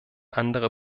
andere